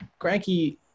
Granky